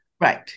Right